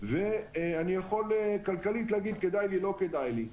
ואני יכול להגיד כלכלית אם כדאי לי או לא כדאי לי.